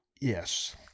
Yes